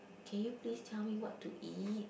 can you please tell me what to eat